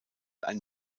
ein